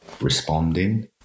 responding